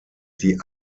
die